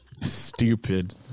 Stupid